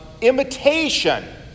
imitation